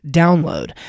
download